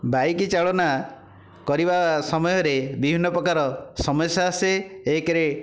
bike ଚାଳନା କରିବା ସମୟରେ ବିଭିନ୍ନ ପ୍ରକାର ସମସ୍ୟା ଆସେ ଏକରେ